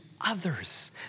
others